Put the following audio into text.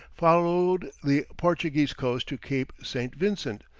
followed the portuguese coast to cape st. vincent,